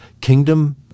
kingdom